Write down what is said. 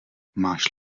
máš